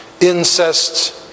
incest